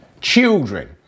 children